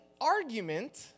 argument